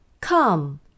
Come